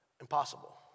Impossible